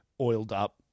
oiled-up